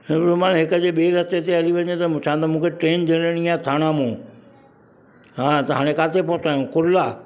हिकु जे ॿीं रस्ते ते हले वञे त पुछा मूंखे ट्रेन जेलणी आहे थाणा में हा त हाणे काथे पहुता आहियूं कुरला